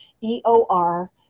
E-O-R